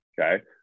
Okay